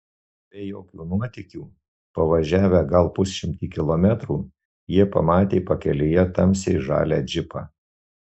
be jokių nuotykių pavažiavę gal pusšimtį kilometrų jie pamatė pakelėje tamsiai žalią džipą